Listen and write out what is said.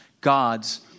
God's